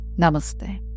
Namaste